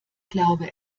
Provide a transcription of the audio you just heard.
glaube